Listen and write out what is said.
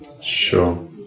Sure